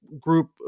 group